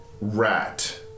Rat